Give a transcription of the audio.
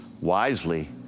wisely